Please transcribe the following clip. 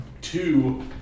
two